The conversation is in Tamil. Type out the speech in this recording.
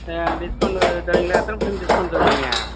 ஆ டிஸ்கௌவுண்ட் தருவீங்களா எத்தனை பர்ஸன்ட் டிஸ்கௌவுண்ட் தருவீங்க